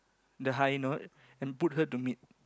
the high note and put her to mid